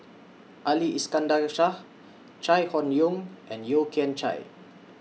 Ali Iskandar Shah Chai Hon Yoong and Yeo Kian Chai